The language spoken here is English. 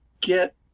get